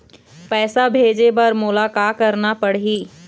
पैसा भेजे बर मोला का करना पड़ही?